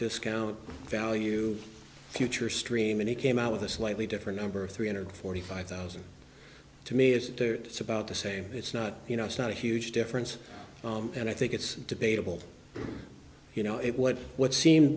discount value future stream and he came out with a slightly different number three hundred forty five thousand to me is it's about the same it's not you know it's not a huge difference and i think it's debatable you know it what